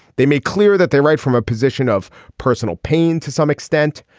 they made clear that they write from a position of personal pain to some extent.